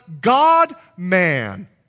God-man